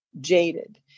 jaded